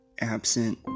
absent